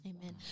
Amen